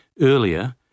earlier